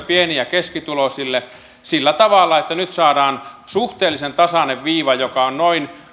pieni ja keskituloisiin sillä tavalla että nyt saadaan suhteellisen tasainen viiva joka on kaikilla noin